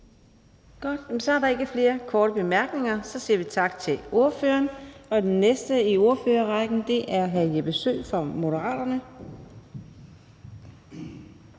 Så er der ikke flere korte bemærkninger. Vi siger tak til ordføreren. Den næste i ordførerrækken er hr. Jeppe Søe fra Moderaterne.